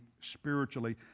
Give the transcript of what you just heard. spiritually